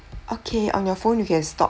okay on your phone you can stop